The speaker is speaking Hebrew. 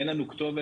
אין לנו כתובת,